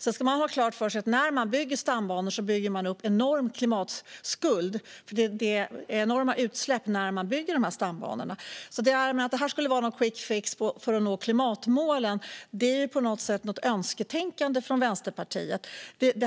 När man bygger stambanor skapar man dessutom en enorm klimatskuld, för det blir enorma utsläpp vid byggandet. Att detta skulle vara en quickfix för att nå klimatmålen är ett önsketänkande från Vänsterpartiet.